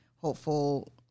hopeful